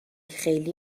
خیلی